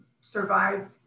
survive